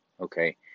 okay